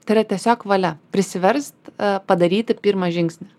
tai yra tiesiog valia prisiverst padaryti pirmą žingsnį